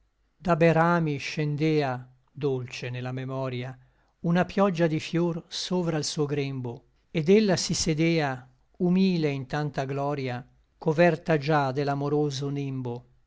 da be rami scendea dolce ne la memoria una pioggia di fior sovra l suo grembo et ella si sedea humile in tanta gloria coverta già de l'amoroso nembo